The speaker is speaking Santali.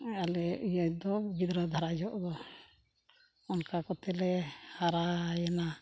ᱟᱞᱮ ᱤᱭᱟᱹ ᱫᱚ ᱜᱤᱫᱽᱨᱟᱹ ᱫᱷᱟᱨᱟ ᱡᱚᱠᱷᱚᱱ ᱫᱚ ᱚᱱᱠᱟ ᱠᱚᱛᱮᱞᱮ ᱦᱟᱨᱟᱭᱮᱱᱟ